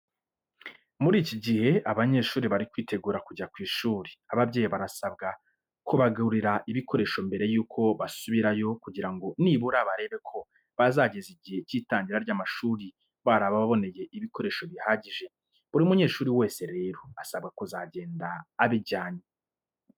Muri iki gihe abanyeshuri bari kwitegura kujya ku ishuri, ababyeyi barasabwa kubagurira ibikoresho mbere yuko bazubirayo kugira ngo nibura barebe ko bazageza igihe cy'itangira ry'amashuri barababoneye ibikoresho bihagije. Buri munyeshuri wese rero asabwa kuzagenda abijyanye.